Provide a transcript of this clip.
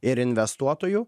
ir investuotojų